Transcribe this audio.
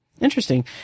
interesting